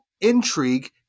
intrigue